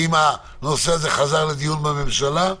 האם הנושא חזר לדיון בממשלה?